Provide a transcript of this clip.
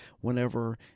whenever